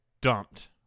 dumped